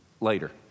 later